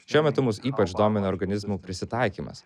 šiuo metu mus ypač domina organizmų prisitaikymas